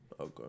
Okay